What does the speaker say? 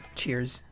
cheers